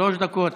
שלוש דקות.